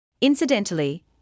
Incidentally